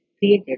created